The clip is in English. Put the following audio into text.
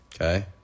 Okay